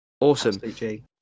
Awesome